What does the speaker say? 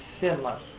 sinless